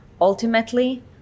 ultimately